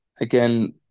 again